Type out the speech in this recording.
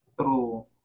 True